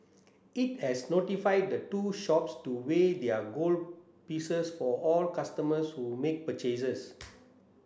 it has notified the two shops to weigh their gold pieces for all customers who make purchases